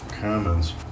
comments